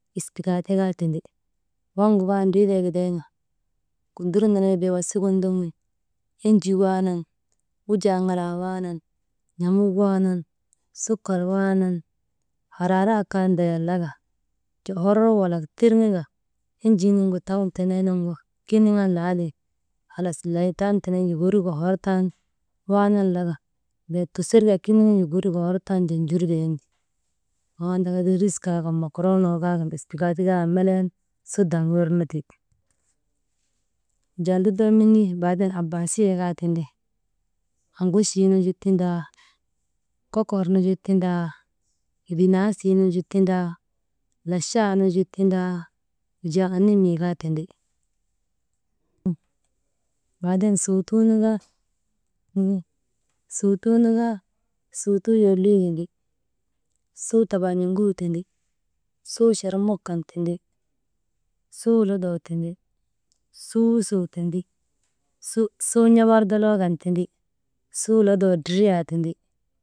Spakaate kaa tindi, waŋgu kaa ndriitee gidaynu dur nenee bee wasik gin ndoŋun enjii waanan, wujaa ŋalaa waanan, n̰amuk waanan, sukar waanan, haraarayek kaa ndayan laka, jo hor walak tirŋeka, enjii nuŋu taam teneenuŋu kiniŋan laatiŋ halaa wey taam tenen lokoorika hor tan waanan laka wey tusir ka kiniŋan lokorika hor tan njurten bes ti, waŋ andaka, riz kaa kan, mokoroonoo kaa kan espakaati kaa kan melen daŋ wirnu ti. Wujaa lutoo menii baaden abbaasiyee kaa tindi, aŋuchii nu ju tindaa kokor nu ju tindaa, dinaasii nu ju tindaa, lachaa nu ju tindaa, wujaa animi nu kaa tindi, baaden sowtuu nu kaa, sowtuu nu kaa, sowtuu lolii windi suu tabaan̰oŋuu tindi, suu charmut kan tindi, suu lodoo kan tindi, suu usoo tindi, suu, suu n̰ombordoloo kan tindi, suu lodoo dridriyaa kan tindi.